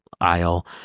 aisle